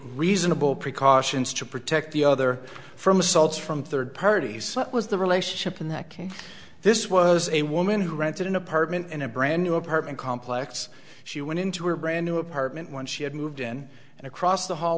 reasonable precautions to protect the other from assaults from third parties was the relationship in that case this was a woman who rented an apartment in a brand new apartment complex she went into her brand new apartment when she had moved in and across the hall